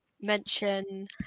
mention